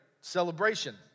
celebration